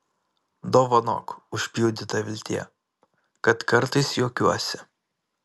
dovanok užpjudyta viltie kad kartais juokiuosi